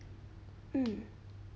mm